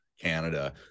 Canada